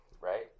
Right